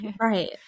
right